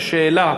ושאלה,